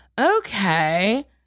Okay